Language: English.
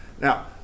Now